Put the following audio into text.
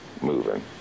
moving